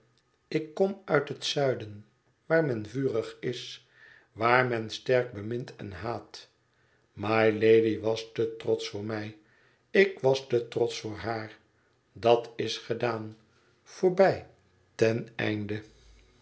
ik kom uit het zuiden waar men vurig is waar men sterk bemint en haat mylady was te trotsch voor mij ik was te trotsch voor haar dat is gedaan voorbij ten einde